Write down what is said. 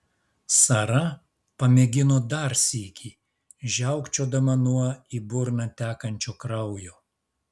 sara pamėgino dar sykį žiaukčiodama nuo į burną tekančio kraujo